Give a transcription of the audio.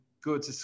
good